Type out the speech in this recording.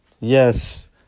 Yes